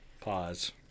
pause